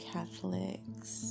Catholics